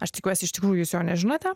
aš tikiuosi iš tikrųjų šio nežinote